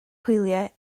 hwyliau